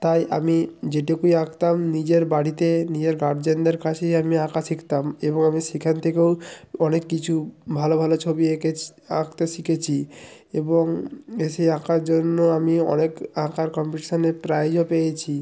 তাই আমি যেটুকুই আঁকতাম নিজের বাড়িতে নিজের গার্জেনদের কাছেই আমি আঁকা শিখতাম এবং আমি সেখান থেকেও অনেক কিছু ভালো ভালো ছবি এঁকেছি আঁকতে শিকেছি এবং এ সেই আঁকার জন্য আমি অনেক আঁকার কম্পিটিশানে প্রাইজও পেয়েছি